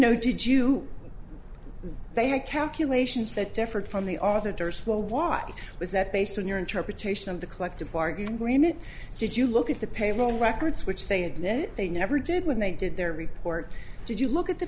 know did you they had calculations that differed from the auditors will walk is that based on your interpretation of the collective bargaining agreement did you look at the pay low records which they admit they never did when they did their report did you look at the